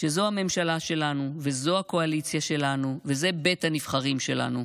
שזו הממשלה שלנו וזו הקואליציה שלנו וזה בית הנבחרים שלנו.